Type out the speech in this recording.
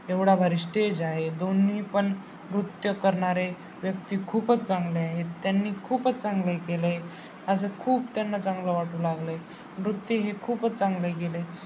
एवढा भारी स्टेज आहे दोन्ही पण नृत्य करणारे व्यक्ती खूपच चांगले आहेत त्यांनी खूपच चांगले केलं आहे असं खूप त्यांना चांगलं वाटू लागलं आहे नृत्य हे खूपच चांगलं केलं आहे